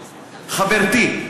חברתי.